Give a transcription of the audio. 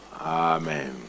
Amen